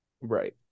Right